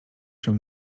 się